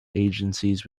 agencies